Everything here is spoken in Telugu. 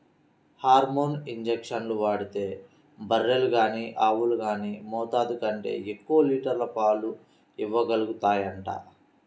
హార్మోన్ ఇంజక్షన్లు వాడితే బర్రెలు గానీ ఆవులు గానీ మోతాదు కంటే ఎక్కువ లీటర్ల పాలు ఇవ్వగలుగుతాయంట